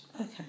Okay